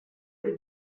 did